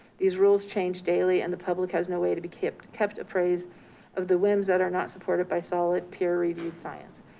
these rules change daily and the public has no way to be kept kept appraised of the whims that are not supported by solid peer reviewed science.